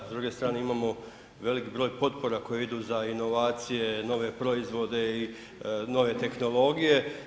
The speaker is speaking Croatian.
S druge strane imamo veliki broj potpora koji idu za inovacije, nove proizvode i nove tehnologije.